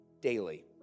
daily